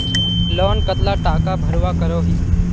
Loan कतला टाका भरवा करोही?